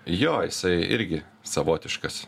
jo jisai irgi savotiškas